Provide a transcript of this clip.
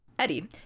Eddie